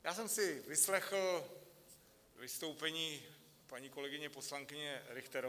Já jsem si vyslechl vystoupení paní kolegyně poslankyně Richterové.